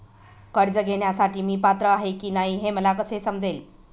कर्ज घेण्यासाठी मी पात्र आहे की नाही हे मला कसे समजेल?